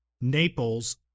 Naples